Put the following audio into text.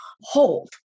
hold